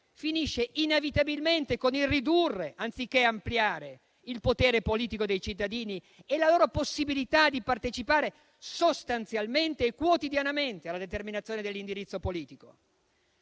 finisce inevitabilmente con il ridurre, anziché ampliare, il potere politico dei cittadini e la loro possibilità di partecipare, sostanzialmente e quotidianamente, alla determinazione dell'indirizzo politico.